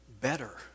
better